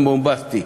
שם בומבסטי,